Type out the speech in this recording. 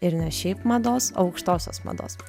ir ne šiaip mados o aukštosios mados